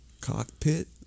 cockpit